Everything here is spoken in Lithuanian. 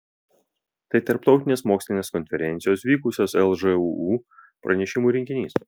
tai tarptautinės mokslinės konferencijos vykusios lžūu pranešimų rinkinys